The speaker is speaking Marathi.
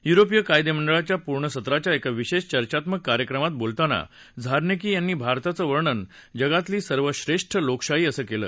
युरोपीय कायदेमंडळाच्या पूर्णसत्राच्या एका विशेष चर्चात्मक कार्यक्रमात बोलताना झारनेकी यांनी भारताचं वर्णन जगातली सर्वश्रेष्ठ लोकशाही असं केलं